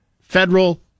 federal